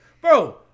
Bro